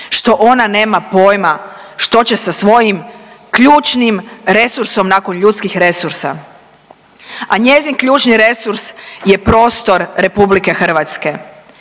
što ona nema pojma što će sa svojim ključnim resursom nakon ljudskih resursa. A njezin ključni resurs je prostor RH i naša